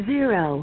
Zero